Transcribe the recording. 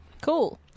Cool